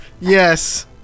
Yes